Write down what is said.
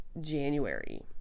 January